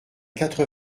quatre